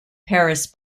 paris